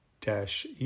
dash